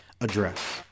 address